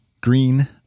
Green